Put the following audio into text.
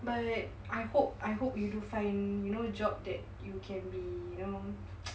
but I hope I hope you do find you know job that you can be you know